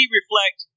reflect